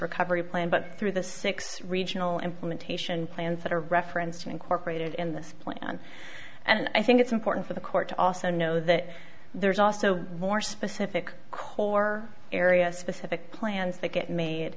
recovery plan but through the six regional implementation plans that are referenced incorporated in this plan and i think it's important for the court to also know that there's also more specific core areas specific plans that get made